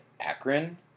Akron